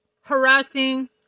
harassing